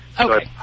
Okay